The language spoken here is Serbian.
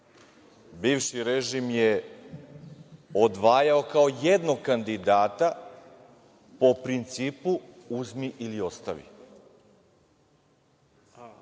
bivši režim je odvajao kao jednog kandidata po principu – uzmi ili ostavi.